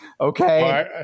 Okay